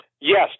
Yes